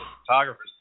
photographers